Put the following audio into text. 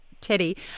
teddy